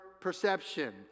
perception